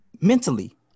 mentally